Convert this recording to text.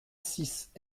six